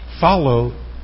follow